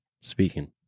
speaking